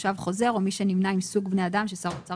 תושב חוזר או מי שנמנה עם סוג בני אדם ששר האוצר